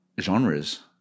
genres